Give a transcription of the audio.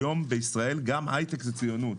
היום בישראל גם הייטק זה ציונות,